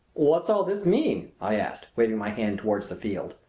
what's all this mean? i asked, waving my hand toward the field.